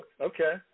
Okay